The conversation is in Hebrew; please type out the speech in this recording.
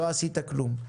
אז לא עשית כלום.